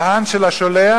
המען של השולח,